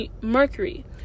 Mercury